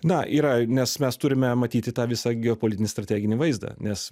na yra nes mes turime matyti tą visą geopolitinį strateginį vaizdą nes